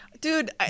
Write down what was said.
dude